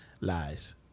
lies